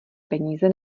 peníze